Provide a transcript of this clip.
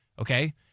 okay